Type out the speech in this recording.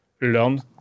learn